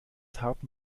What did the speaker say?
harten